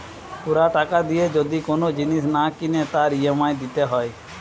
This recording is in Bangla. পুরা টাকা দিয়ে যদি কোন জিনিস না কিনে তার ই.এম.আই দিতে হয়